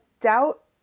doubt